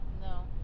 No